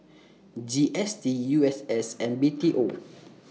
G S T U S S and B T O